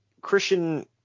Christian